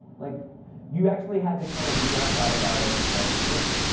like you actually had to kind of dig outside of firebase to solve the solution.